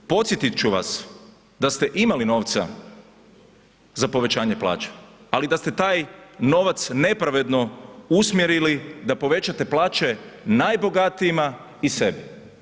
Podsjetiti ću vas da ste imali novca za povećanje plaća ali da ste taj novac nepravedno usmjerili da povećate plaće najbogatijima i sebi.